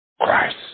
Christ